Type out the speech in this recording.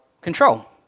control